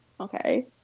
Okay